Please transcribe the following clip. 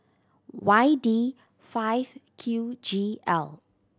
Y D five Q G L